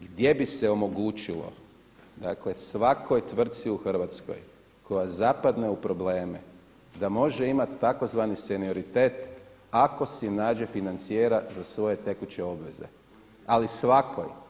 gdje bi se omogućilo, dakle svakoj tvrtci u Hrvatskoj koja zapadne u probleme da može imati tzv. senioritet ako si nađe financijera za svoje tekuće obveze, ali svakoj.